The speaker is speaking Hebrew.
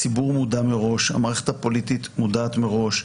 הציבור מודע מראש, המערכת הפוליטית מודעת מראש.